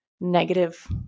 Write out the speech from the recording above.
negative